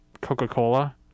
Coca-Cola